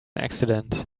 accident